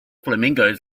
flamingos